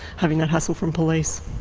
having that hassle from police.